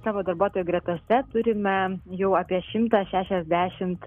savo darbuotojų gretose turime jau apie šimtą šešiasdešimt